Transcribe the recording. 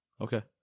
Okay